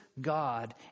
God